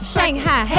Shanghai